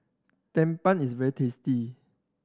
tumpeng is very tasty